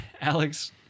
Alex